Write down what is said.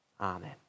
Amen